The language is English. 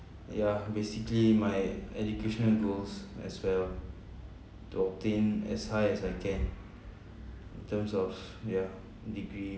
ya basically my educational goals as well to obtain as high as I can in terms of yeah degree